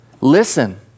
Listen